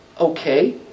Okay